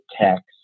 text